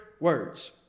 words